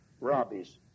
Robbie's